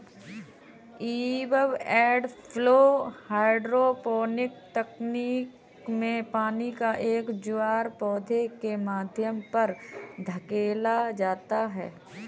ebb and flow hydroponic तकनीक में पानी का एक ज्वार पौधे के माध्यम पर धकेला जाता है